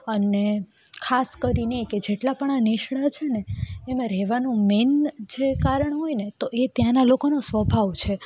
અને ખાસ કરીને કે જેટલાં પણ આ નેસડાં છે એમાં રહેવાનું મેઈન જે કારણ હોય ને તો એ ત્યાંનાં લોકોનો સ્વભાવ છે